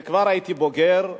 וכבר הייתי בוגר,